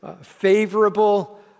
favorable